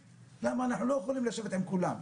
כי אנחנו לא יכולים לשבת עם כולם.